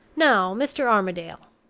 now, mr. armadale!